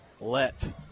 let